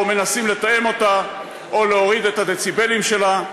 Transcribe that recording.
או מנסים לתאם אותה או להוריד את הדציבלים שלה.